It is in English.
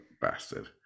bastard